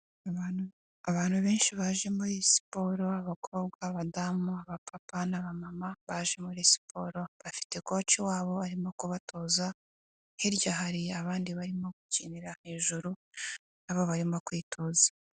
Abantu benshi baje muri iyi siporo, abakobwa, abadamu, abapapa n'abamama baje muri siporo, bafite koci wabo arimo kubatoza, hirya hari abandi barimo gukinira hejuru, aba barima kwitoza.